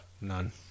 None